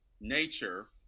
nature